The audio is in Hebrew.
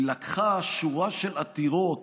היא לקחה שורה של עתירות